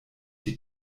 die